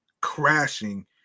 crashing